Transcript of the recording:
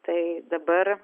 tai dabar